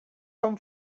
són